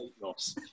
loss